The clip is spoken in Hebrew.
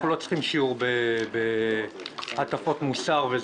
אנחנו לא צריכים שיעור בהטפות מוסר.